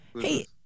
Hey